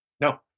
no